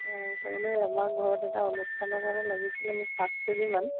হয় তাৰমানে আমাৰ ঘৰত এটা অনুষ্ঠানৰ কাৰণে লাগিছিলে মোক পাঁচ কেজিমান